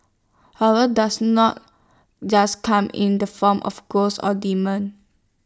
horror does not just come in the form of ghosts or demons